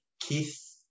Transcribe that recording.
Keith